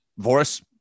Voris